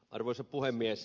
arvoisa puhemies